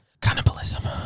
cannibalism